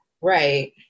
right